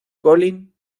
colin